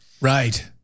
Right